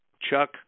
Chuck